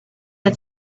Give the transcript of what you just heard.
had